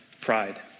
pride